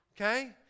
Okay